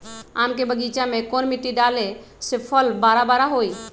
आम के बगीचा में कौन मिट्टी डाले से फल बारा बारा होई?